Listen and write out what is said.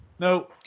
No